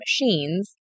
machines